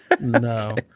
No